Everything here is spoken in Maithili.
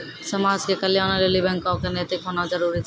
समाज के कल्याणों लेली बैको क नैतिक होना जरुरी छै